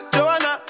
Joanna